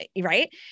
Right